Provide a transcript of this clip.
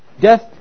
Death